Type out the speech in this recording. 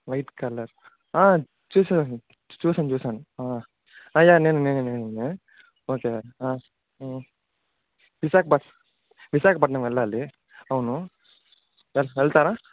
white colour చూసాను చూసాను చూసాను యా నేనే నేనే నేనే ఓకే విశాఖ బస్ విశాఖపట్నం వెళ్ళాలి అవును వెల్ వెళ్తారా